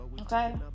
okay